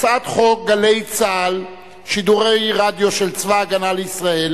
הצעת חוק "גלי צה"ל" שידורי רדיו של צבא-הגנה לישראל